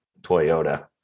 toyota